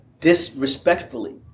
disrespectfully